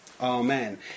amen